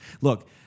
Look